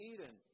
Eden